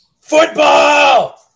Football